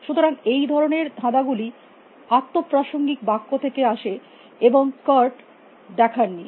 সুতরাং এই ধরনের ধাঁধা গুলি আত্ম প্রাসঙ্গিক বাক্য থেকে আসে এবং কুর্ট দেখান নি